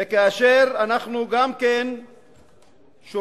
וכאשר אנחנו גם שומעים